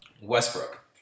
Westbrook